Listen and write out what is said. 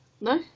No